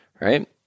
right